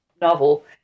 novel